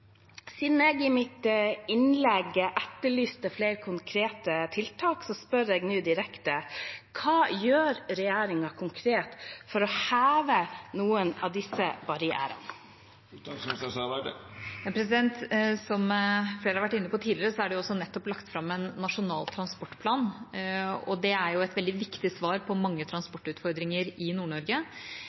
Siden jeg i mitt innlegg etterlyste flere konkrete tiltak, spør jeg nå direkte: Hva gjør regjeringen konkret for å heve noen av disse barrierene? Som flere har vært inne på tidligere, er det jo nettopp lagt fram en nasjonal transportplan, og det er jo et veldig viktig svar på mange transportutfordringer i